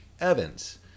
Evans